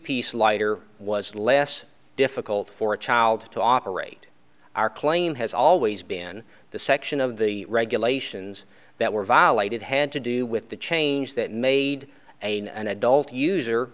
piece lighter was less difficult for a child to operate our claim has always been the section of the regulations that were violated had to do with the change that made a new and adult user